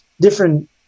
different